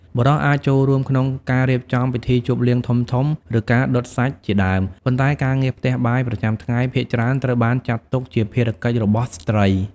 បុរសអាចចូលរួមក្នុងការរៀបចំពិធីជប់លៀងធំៗ ឬការដុតសាច់ជាដើម ប៉ុន្តែការងារផ្ទះបាយប្រចាំថ្ងៃ ភាគច្រើនត្រូវបានចាត់ទុកជាភារកិច្ចរបស់ស្ត្រី។